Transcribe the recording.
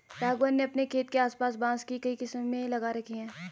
राघवन ने अपने खेत के आस पास बांस की कई किस्में लगा रखी हैं